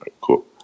cool